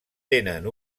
tenen